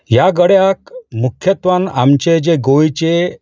ह्या गड्याक मुख्यत्वान आमचे जे गोंयचे